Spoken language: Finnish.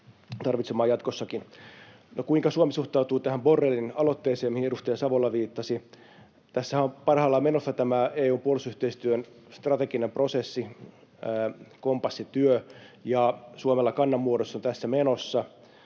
tarvitsemaan jatkossakin. No, kuinka Suomi suhtautuu tähän Borrellin aloitteeseen, mihin edustaja Savola viittasi. Tässähän on parhaillaan menossa EU:n puolustusyhteistyön strateginen prosessi, kompassityö, ja Suomella kannanmuodostus on tässä menossa,